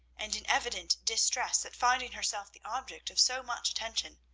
and in evident distress at finding herself the object of so much attention.